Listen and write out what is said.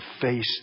face